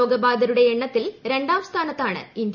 രോഗ ബാധിതരുടെ എണ്ണത്തിൽ രണ്ടാം സ്ഥാനത്താണ് ഇന്ത്യ